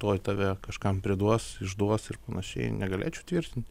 tuoj tave kažkam priduos išduos ir panašiai negalėčiau tvirtint